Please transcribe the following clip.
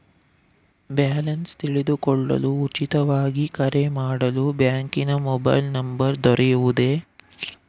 Balance ತಿಳಿದುಕೊಳ್ಳಲು ಉಚಿತವಾಗಿ ಕರೆ ಮಾಡಲು ಬ್ಯಾಂಕಿನ ಮೊಬೈಲ್ ನಂಬರ್ ದೊರೆಯುವುದೇ?